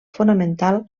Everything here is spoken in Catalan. fonamental